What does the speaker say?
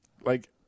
like-